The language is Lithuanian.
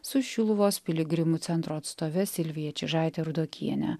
su šiluvos piligrimų centro atstove silvija čižaite rudokiene